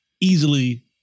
easily